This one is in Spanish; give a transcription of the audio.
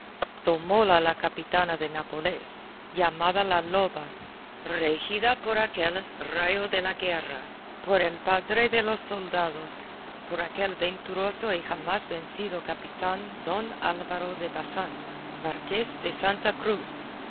barbarroja tomóla la capitana de nápoles llamada la loba regida por aquel rayo de la guerra por el padre de los soldados por aquel venturoso y jamás vencido capitán don álvaro de bazán marqués de santa cruz